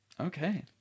Okay